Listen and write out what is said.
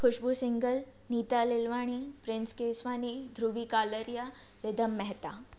Khushboo Singhal Neeta Lalwani Prince Keswani Dhruvi Kalaria Ridham Mehta